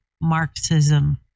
marxism